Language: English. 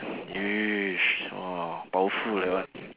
yes !wah! powerful that one